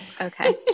okay